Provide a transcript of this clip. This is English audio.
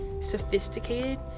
sophisticated